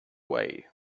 way